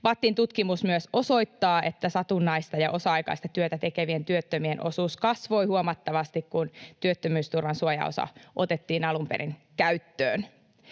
VATTin tutkimus myös osoittaa, että satunnaista ja osa-aikaista työtä tekevien työttömien osuus kasvoi huomattavasti, kun työttömyysturvan suojaosa otettiin alun perin käyttöön.